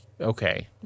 okay